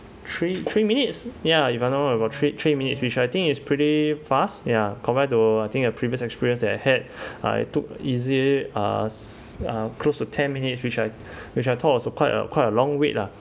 three three minutes ya even though you got three three minutes which I think is pretty fast ya compared to I think a previous experience that I had uh it took easily us uh close to ten minutes which I which I thought was a quite a quite a long wait lah